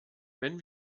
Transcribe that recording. wenn